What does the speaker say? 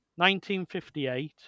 1958